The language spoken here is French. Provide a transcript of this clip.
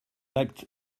acte